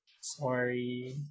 Sorry